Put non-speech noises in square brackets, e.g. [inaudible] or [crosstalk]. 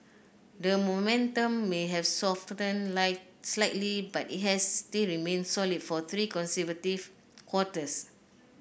the momentum may have softened [unintelligible] slightly but it has still remained solid for three consecutive quarters